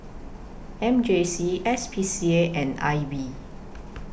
M J C S P C A and I B